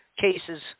cases